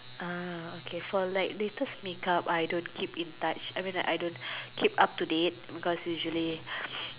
uh okay for like latest makeup I don't keep in touch I mean like I don't keep up to date cause usually